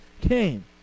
came